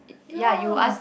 ya